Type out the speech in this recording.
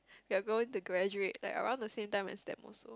we're gonna graduate like around the same time as them also